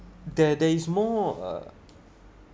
there there is more uh